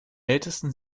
ältesten